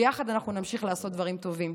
ביחד אנחנו נמשיך לעשות דברים טובים.